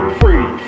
free